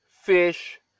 fish